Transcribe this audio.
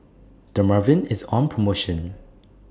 Dermaveen IS on promotion